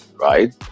right